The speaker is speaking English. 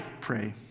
pray